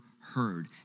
heard